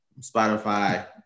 Spotify